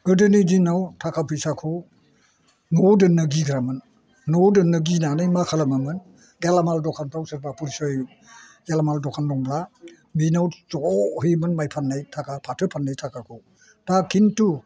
गोदोनि दिनाव थाखा फैसाखौ न'आव दोननो गिग्रामोन न'आव दोननो गिनानै मा खालामोमोन गेलामाल दखानफ्राव सोरबा फरिसय गेलामाल दखान दंब्ला बेनाव ज' हैयोमोन माइ फान्नाय थाखा फाथो फान्नाय थाखाखौ दा खिन्थु